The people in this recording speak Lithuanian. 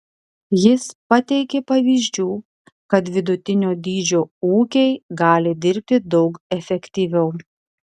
jis pateikė pavyzdžių kad vidutinio dydžio ūkiai gali dirbti daug efektyviau